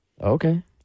Okay